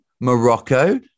Morocco